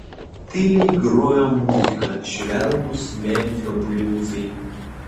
tyliai grojo muzika švelnūs memfio bliuzai